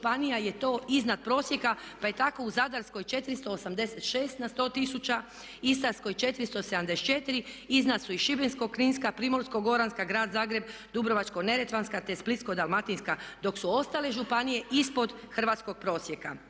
županija je to iznad prosjeka pa je tako u Zadarskoj 486 na 100 tisuća, Istarskoj 474, iznad su i Šibensko-kninska, Primorsko-goranska, Grad Zagreb, Dubrovačko-neretvanska te Splitsko-dalmatinska dok su ostale županije ispod hrvatskog prosjeka.